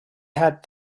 had